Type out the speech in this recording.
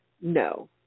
no